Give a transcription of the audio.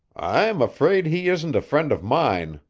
i'm afraid he isn't a friend of mine,